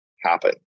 happen